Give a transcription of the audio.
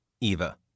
Eva